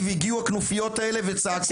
הגיעו הכנופיות האלה וצעקו במסדרונות.